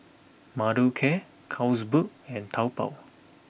Mothercare Carlsberg and Taobao